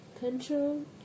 Control